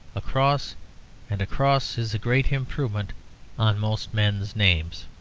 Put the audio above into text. a cross and a cross is a great improvement on most men's names.